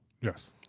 Yes